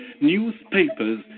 newspapers